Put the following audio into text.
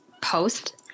post